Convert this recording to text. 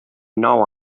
nou